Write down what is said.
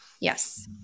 Yes